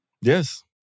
Yes